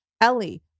Ellie